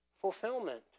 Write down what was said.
fulfillment